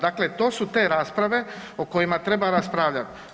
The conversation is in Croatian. Dakle to su te rasprave o kojima treba raspravljati.